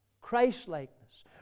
Christlikeness